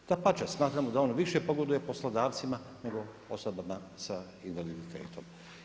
Dapače, smatramo da on više pogoduje poslodavcima nego osobama sa invaliditetom.